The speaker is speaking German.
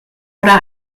oder